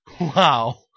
Wow